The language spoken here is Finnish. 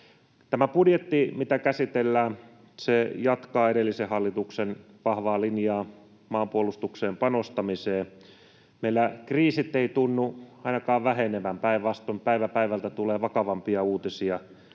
Tämä budjetti, mitä käsitellään, jatkaa edellisen hallituksen vahvaa linjaa maanpuolustukseen panostamiseen. Meillä kriisit eivät tunnu ainakaan vähenevän, päinvastoin päivä päivältä tulee vakavampia uutisia.